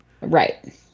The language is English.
Right